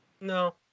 No